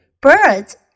Birds